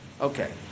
Okay